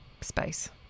space